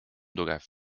tugev